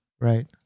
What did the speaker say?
right